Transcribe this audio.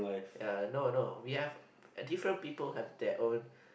ya no no we have different people have their own